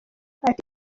ati